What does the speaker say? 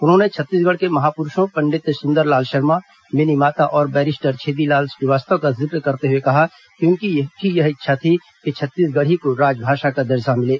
उन्होंने छत्तीसगढ़ के महापुरूषों पंडित सुंदरलाल शर्मा मिनीमाता और बैरिस्टर छेदीलाल श्रीवास्तव का जिक्र करते हुए कहा कि उनकी भी यह इच्छा थी कि छत्तीसगढ़ी को राजभाषा का दर्जा मिले